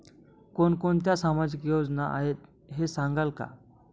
कोणकोणत्या सामाजिक योजना आहेत हे सांगाल का?